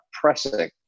pressing